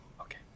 Okay